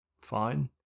fine